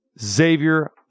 Xavier